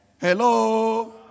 Hello